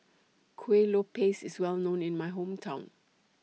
Kueh Lopes IS Well known in My Hometown